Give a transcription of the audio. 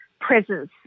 presence